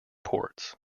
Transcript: ports